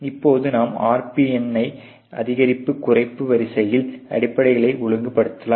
இப்போது நாம் RPN இன் அதிகரிப்பு குறைப்பு வரிசையின் அடிப்படைகள் ஒழுங்குபடுத்தலாம்